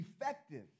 effective